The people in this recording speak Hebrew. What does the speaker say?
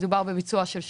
מדובר בביצוע של שנתיים.